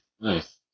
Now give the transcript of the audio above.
Nice